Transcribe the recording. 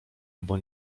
albo